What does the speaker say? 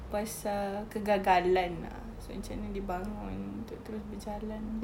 pasal kegagalan lah so macam mana dia bangun untuk terus berjalan